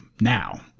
now